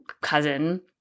cousin